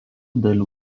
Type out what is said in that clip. dalių